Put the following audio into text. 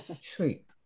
Sweet